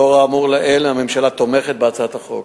לאור האמור לעיל הממשלה תומכת בהצעת החוק.